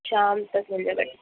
शाम तक मिल जाएगा